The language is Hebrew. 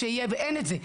ואין את זה.